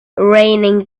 raining